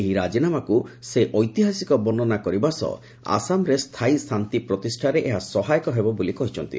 ଏହି ରାଜିନାମାକୁ ସେ ଐତିହାସିକ ବର୍ଣ୍ଣନା କରିବା ସହ ଆସାମରେ ସ୍ଥାୟୀ ଶାନ୍ତି ପ୍ରତିଷ୍ଠାରେ ଏହା ସହାୟକ ହେବ ବୋଲି କହିଛନ୍ତି